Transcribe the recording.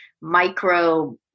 micro